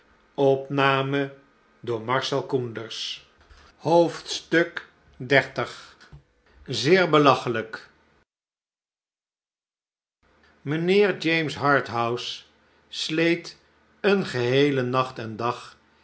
rust xxx zeer belachelijk mijnheer james harthouse sleet een geheelen nacht en dag